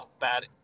bad